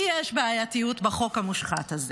כי יש בעייתיות בחוק המושחת הזה,